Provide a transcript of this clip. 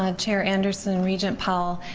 um chair anderson, regent powell,